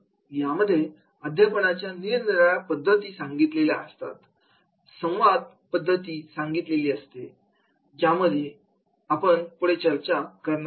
यामध्ये अध्यापनाच्या निरनिराळ्या पद्धती सांगितलेले असतात संवाद पद्धती सांगितलेली असते ज्याविषयी आपण पुढे चर्चा करणार आहोत